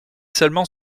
seulement